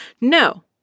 No